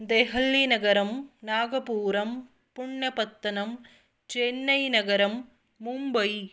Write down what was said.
देहल्लीनगरं नागपूरं पुण्यपत्तनं चेन्नैनगरं मुम्बै